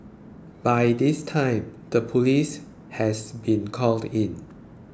by this time the police has been called in